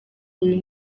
uyu